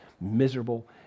miserable